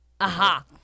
Aha